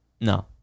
No